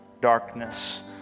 darkness